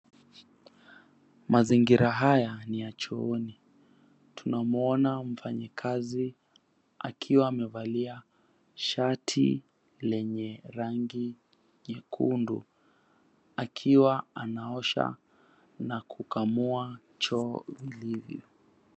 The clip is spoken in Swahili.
Mazingira haya ni ya chooni. Tunamwona mfanyikazi akiwa amevalia shati lenye rangi nyekundu akiwa anaosha na kukamua choo vilivyo.